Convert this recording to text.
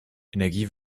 energie